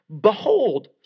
behold